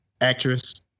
actress